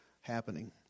happening